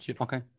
okay